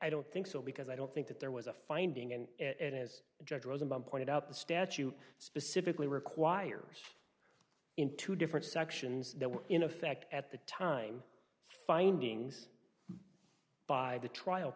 i don't think so because i don't think that there was a finding and as judge rosenbaum pointed out the statute specifically requires in two different sections that were in effect at the time findings by the trial